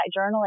journaling